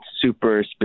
super